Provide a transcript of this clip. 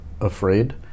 afraid